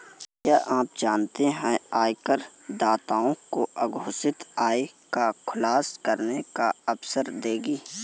क्या आप जानते है आयकरदाताओं को अघोषित आय का खुलासा करने का अवसर देगी?